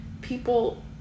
people